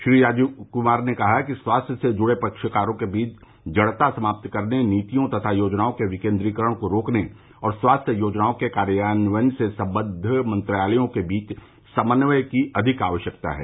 श्री राजीव कुमार ने कहा कि स्वास्थ्य से जुड़े पक्षकारों के बीच जड़ता समाप्त करने नीतियों तथा योजनाओं के विकेन्द्रीकरण को रोकने और स्वास्थ्य योजनाओं के कार्यान्वयन से सम्बद्ध मंत्रालयों के बीच समन्वय की अधिक आवश्यकता है